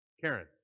Karen